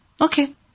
Okay